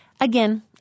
again